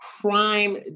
crime